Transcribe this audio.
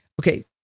Okay